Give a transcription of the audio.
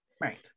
right